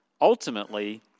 ultimately